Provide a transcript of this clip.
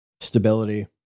Stability